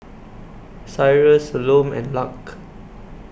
Cyrus Salome and Lark